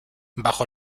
bajo